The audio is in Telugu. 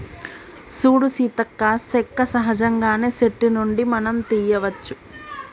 సూడు సీతక్క సెక్క సహజంగానే సెట్టు నుండి మనం తీయ్యవచ్చు